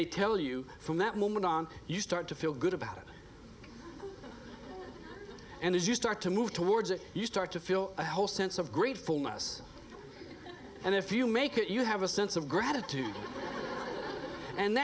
they tell you from that moment on you start to feel good about it and as you start to move towards it you start to feel a whole sense of gratefulness and if you make it you have a sense of gratitude and